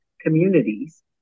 communities